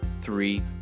three